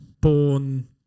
Born